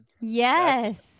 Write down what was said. Yes